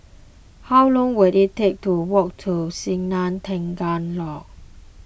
how long will it take to walk to Sungei Tengah Lodge